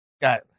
Got